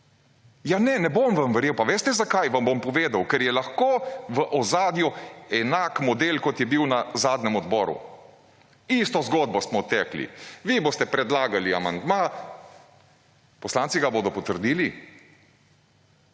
Ja, ne bom vam verjel pa veste zakaj vam bom povedal, ker je lahko v ozadju enak model kot je bil na zadnjem odboru isto zgodbo smo odtekli. Vi boste predlagali amandma, **33. TRAK: (NB)